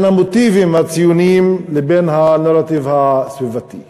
בין המוטיבים הציוניים, לבין הנרטיב הסביבתי.